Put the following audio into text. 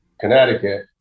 Connecticut